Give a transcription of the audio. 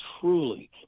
truly